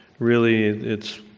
really it's